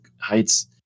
Heights